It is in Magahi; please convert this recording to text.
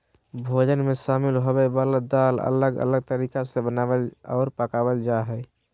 भोजन मे शामिल होवय वला दाल अलग अलग तरीका से बनावल आर पकावल जा हय